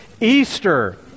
Easter